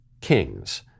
kings